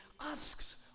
asks